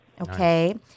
okay